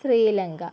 Sri Lanka